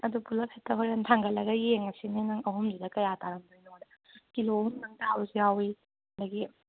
ꯑꯗꯨ ꯄꯨꯂꯞ ꯍꯦꯛꯇ ꯍꯣꯔꯦꯟ ꯊꯥꯡꯒꯠꯂꯒ ꯌꯦꯡꯉꯁꯤꯅꯦ ꯅꯪ ꯑꯍꯨꯝꯗꯨꯗ ꯀꯌꯥ ꯇꯥꯔꯝꯗꯣꯏꯅꯣꯗꯣ ꯀꯤꯂꯣ ꯑꯍꯨꯝꯗꯪ ꯇꯥꯕꯁꯨ ꯌꯥꯎꯏ ꯑꯗꯒꯤ